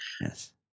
Yes